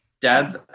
Dad's